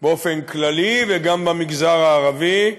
באופן כללי, וגם במגזר הערבי.